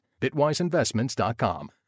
Bitwiseinvestments.com